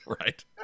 right